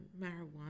marijuana